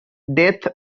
death